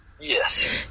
yes